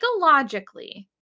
psychologically